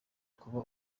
kuba